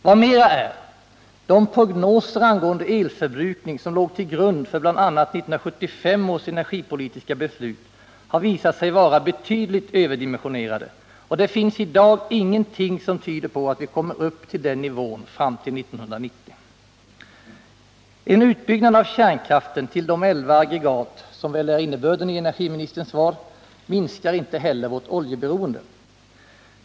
Vad mera är, de prognoser angående elförbrukning som låg till grund för bl.a. 1975 års energipolitiska beslut har visat sig betydligt överdimensionerade, och det finns i dag ingenting som tyder på att vi kommer upp till den nivån fram till 1990. En utbyggnad av kärnkraften till de 11 aggregat som väl är innebörden i energiministerns svar minskar inte heller vårt oljeberoende.